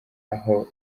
aho